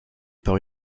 par